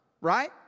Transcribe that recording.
right